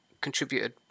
contributed